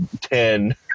ten